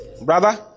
Brother